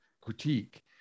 critique